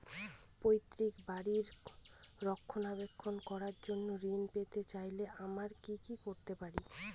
পৈত্রিক বাড়ির রক্ষণাবেক্ষণ করার জন্য ঋণ পেতে চাইলে আমায় কি কী করতে পারি?